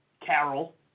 Carol